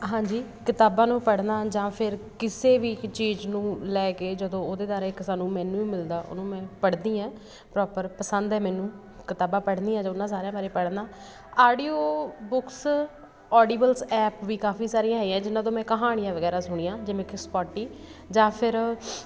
ਹਾਂਜੀ ਕਿਤਾਬਾਂ ਨੂੰ ਪੜ੍ਹਨਾ ਜਾਂ ਫਿਰ ਕਿਸੇ ਵੀ ਚੀਜ਼ ਨੂੰ ਲੈ ਕੇ ਜਦੋਂ ਉਹਦੇ ਦੁਆਰਾ ਇੱਕ ਸਾਨੂੰ ਮੈਨਿਊ ਮਿਲਦਾ ਉਹਨੂੰ ਮੈਂ ਪੜ੍ਹਦੀ ਹੈ ਪ੍ਰੋਪਰ ਪਸੰਦ ਹੈ ਮੈਨੂੰ ਕਿਤਾਬਾਂ ਪੜ੍ਹਨੀਆਂ ਜਾਂ ਉਹਨਾਂ ਸਾਰਿਆਂ ਬਾਰੇ ਪੜ੍ਹਨਾ ਆਡੀਓ ਬੁੱਕਸ ਔਡੀਬਲਸ ਐਪ ਵੀ ਕਾਫ਼ੀ ਸਾਰੀਆਂ ਹੈਗੀਆਂ ਜਿਨ੍ਹਾਂ ਤੋਂ ਮੈਂ ਕਹਾਣੀਆਂ ਵਗੈਰਾ ਸੁਣੀਆਂ ਜਿਵੇਂ ਕਿ ਸਪੋਟੀ ਜਾਂ ਫਿਰ